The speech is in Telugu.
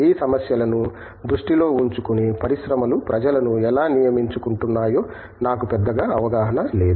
ఈ సమస్యలను దృష్టిలో ఉంచుకుని పరిశ్రమలు ప్రజలను ఎలా నియమించుకుంటున్నాయో నాకు పెద్దగా అవగాహన లేదు